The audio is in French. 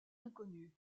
inconnue